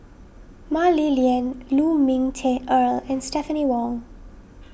Mah Li Lian Lu Ming Teh Earl and Stephanie Wong